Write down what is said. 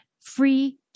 free